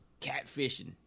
catfishing